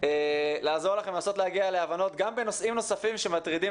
לעזור לכם לנסות להגיע להבנות גם בנושאים נוספים שמטרידים